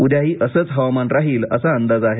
उद्याही असेच हवामान राहील असा अंदाज आहे